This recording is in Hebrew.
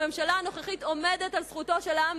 הממשלה הנוכחית עומדת על זכותו של העם